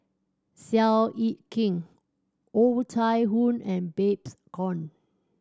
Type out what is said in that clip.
Seow Yit Kin Oh Chai Hoo and Babes Conde